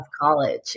college